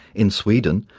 in sweden,